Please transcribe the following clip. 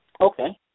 Okay